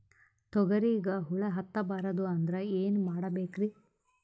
ತೊಗರಿಗ ಹುಳ ಹತ್ತಬಾರದು ಅಂದ್ರ ಏನ್ ಮಾಡಬೇಕ್ರಿ?